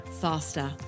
faster